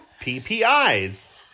PPIs